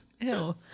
Ew